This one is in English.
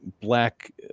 black